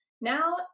now